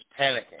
panicking